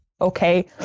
Okay